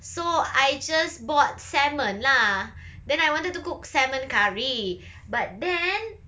so I just bought salmon lah then I wanted to cook salmon curry but then